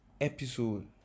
episode